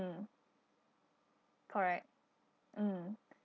correct mm